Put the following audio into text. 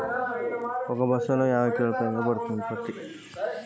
పత్తి ఒక బస్తాలో ఎంత పడ్తుంది?